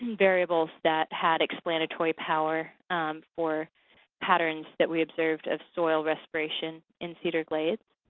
variables that had explanatory power for patterns that we observed of soil respiration in cedar glades.